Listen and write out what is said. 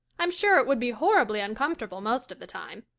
i'm sure it would be horribly uncomfortable most of the time.